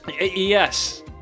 Yes